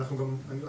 ל' בסיון התשפ"ב,